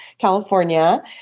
California